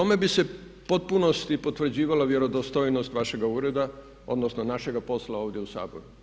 Na tome bi se u potpunosti potvrđivala vjerodostojnost vašega ureda, odnosno našega posla ovdje u Saboru.